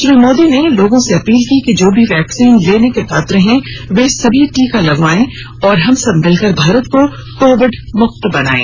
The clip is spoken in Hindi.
श्री मोदी ने लोगों से अपील की कि जो भी वैक्सीन लेने के पात्र हैं वे सभी टीका लगवाये और हम सब मिलकर भारत को कोविड मुक्त बनायें